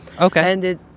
Okay